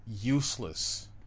useless